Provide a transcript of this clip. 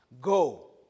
Go